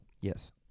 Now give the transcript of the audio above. yes